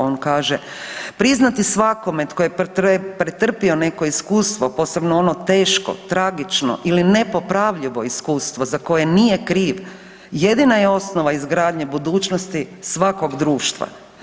On kaže priznati svakome tko je pretrpio neko iskustvo posebno ono teško, tragično ili nepopravljivo iskustvo za koje nije kriv jedina je osnova izgradnje budućnosti svakog društva.